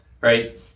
right